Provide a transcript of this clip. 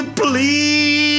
please